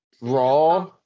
Raw